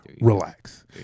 relax